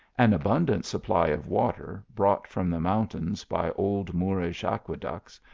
an abundant supply of water, brought from the mountains by old moorish aqueducts,